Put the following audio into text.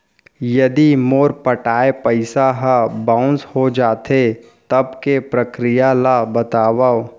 यदि मोर पटाय पइसा ह बाउंस हो जाथे, तब के प्रक्रिया ला बतावव